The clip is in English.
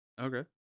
Okay